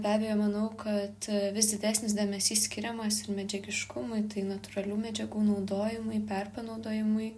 be abejo manau kad vis didesnis dėmesys skiriamas ir medžiagiškumui tai natūralių medžiagų naudojimui perpanaudojimui